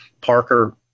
Parker